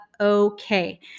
Okay